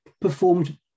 performed